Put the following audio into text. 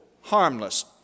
harmless